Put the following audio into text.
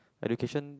education